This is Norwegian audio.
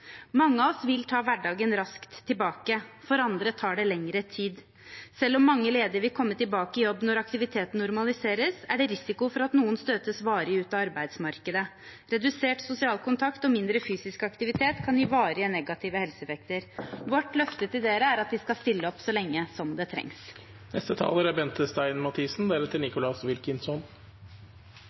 Mange av oss vil ta hverdagen raskt tilbake. For andre tar det lengre tid. Selv om mange ledige vil komme tilbake i jobb når aktiviteten normaliseres, er det risiko for at noen støtes varig ut av arbeidsmarkedet. Redusert sosial kontakt og mindre fysisk aktivitet kan gi varige negative helseeffekter. Vårt løfte til dere er at vi skal stille opp så lenge det trengs. Når man blir rammet av en krise, er